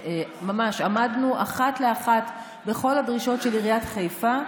עמדנו אחת לאחת בכל הדרישות של עיריית חיפה.